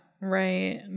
right